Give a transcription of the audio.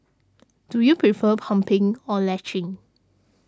do you prefer pumping or latching